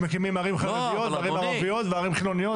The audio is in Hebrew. שמקימים ערים חרדיות וערים ערביות וערים חילוניות.